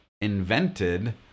invented